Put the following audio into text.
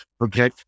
Okay